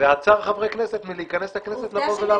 ועצר חברי כנסת מלהיכנס לכנסת ולבוא לעבודה.